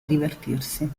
divertirsi